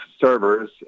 servers